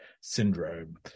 syndrome